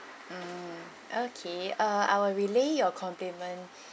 mm okay uh I will relay your compliment